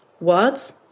words